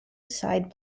side